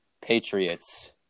Patriots